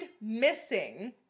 missing